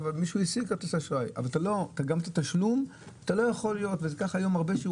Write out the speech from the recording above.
מישהו השיג כרטיס אשראי אבל גם את התשלום אתה לא יכול לעשות דרך כרטיס